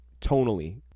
tonally